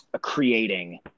creating